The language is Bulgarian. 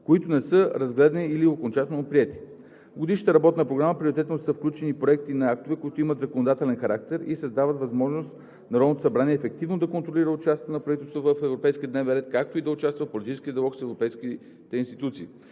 които не са разгледани или окончателно приети; - В Годишната работна програма приоритетно са включени проекти на актове, които имат законодателен характер и създават възможност Народното събрание ефективно да контролира участието на правителството в европейския дневен ред, както и да участва в политическия диалог с европейските институции;